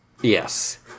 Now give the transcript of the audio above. Yes